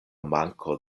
manko